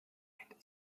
wahrheit